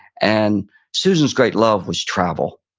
and susan's great love was travel,